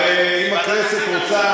אבל אם הכנסת רוצה,